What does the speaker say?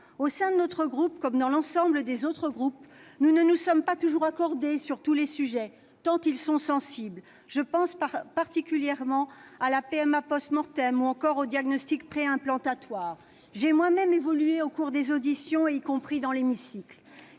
Au sein de notre groupe, comme dans l'ensemble des autres groupes, nous ne nous sommes pas toujours accordés sur tous les sujets, tant ils sont sensibles : je pense particulièrement à la PMA ou encore au diagnostic préimplantatoire. J'ai moi-même évolué au cours des auditions, mais aussi du débat dans l'hémicycle.